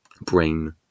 brain